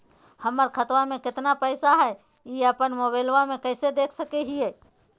हमर खाता में केतना पैसा हई, ई अपन मोबाईल में कैसे देख सके हियई?